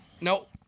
Nope